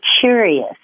curious